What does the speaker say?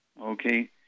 Okay